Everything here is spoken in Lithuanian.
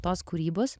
tos kūrybos